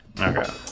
Okay